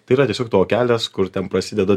tai yra tiesiog tavo kelias kur ten prasideda